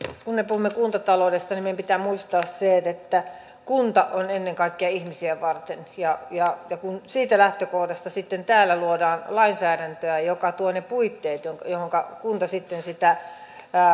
kun me puhumme kuntataloudesta niin meidän pitää muistaa se että kunta on ennen kaikkea ihmisiä varten kun siitä lähtökohdasta täällä luodaan lainsäädäntöä joka tuo ne puitteet johonka kunta sitten sitä